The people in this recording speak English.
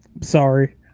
Sorry